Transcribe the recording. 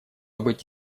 быть